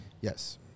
Yes